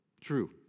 true